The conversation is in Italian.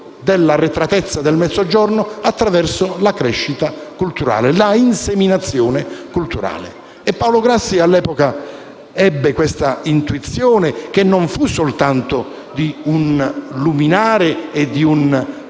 dell'arretratezza attraverso la crescita culturale, la "inseminazione culturale". Paolo Grassi all'epoca ebbe questa intuizione, che non fu soltanto di un luminare e di un